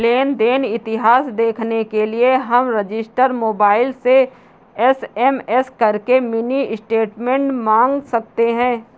लेन देन इतिहास देखने के लिए हम रजिस्टर मोबाइल से एस.एम.एस करके मिनी स्टेटमेंट मंगा सकते है